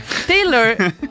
Taylor